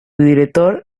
director